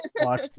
watch